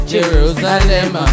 Jerusalem